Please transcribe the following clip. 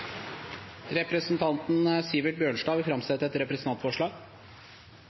Representanten Sivert Bjørnstad vil framsette et representantforslag.